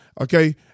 Okay